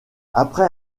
après